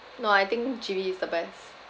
no I think G_V is the best